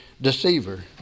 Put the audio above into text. deceiver